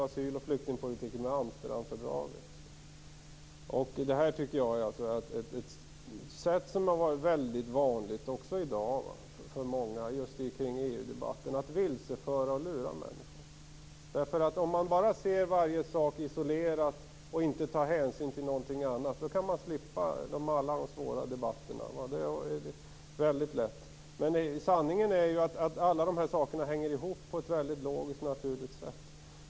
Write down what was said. Asyl och flyktingpolitiken hänger ihop med Jag tycker att detta har varit ett vanligt sätt för många i EU-debatten att vilseföra och lura människor. Om man ser varje sak isolerat och inte tar hänsyn till något annat kan man slippa alla de svåra debatterna. Det är lätt. Sanningen är att alla dessa saker hänger ihop på ett logiskt, naturligt sätt.